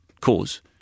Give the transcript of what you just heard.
cause